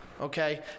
Okay